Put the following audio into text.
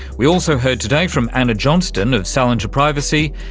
we also heard today from anna johnston of salinger privacy,